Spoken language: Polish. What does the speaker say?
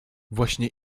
właśnie